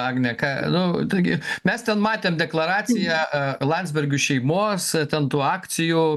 agne ką nu taigi mes ten matėm deklaraciją landsbergių šeimos ten tų akcijų